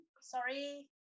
sorry